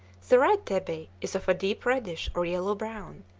the red tabby is of a deep reddish or yellow brown,